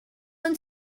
one